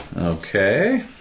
Okay